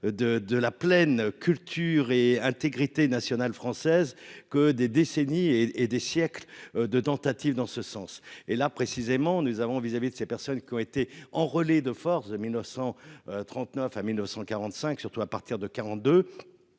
de la plaine, culture et intégrité nationale française que des décennies et des siècles de tentative dans ce sens et là précisément nous avons vis-à-vis de ces personnes qui ont été enrôlés de force, de 1939 à 1945 surtout à partir de 42